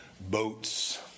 Boats